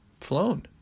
flown